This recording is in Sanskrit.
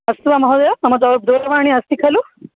अस्तु वा महोदय मम दो दूरवाणी अस्ति खलु